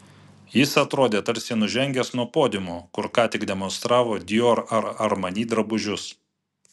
jis atrodė tarsi nužengęs nuo podiumo kur ką tik demonstravo dior ar armani drabužius